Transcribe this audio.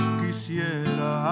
quisiera